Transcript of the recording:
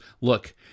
look